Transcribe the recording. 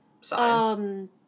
science